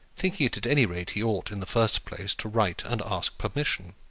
thinking that at any rate he ought, in the first place, to write and ask permission.